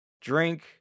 drink